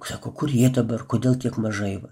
sako kur jie dabar kodėl tiek mažai jų